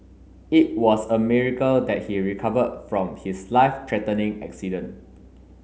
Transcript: it was a miracle that he recovered from his life threatening accident